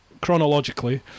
chronologically